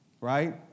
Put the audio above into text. right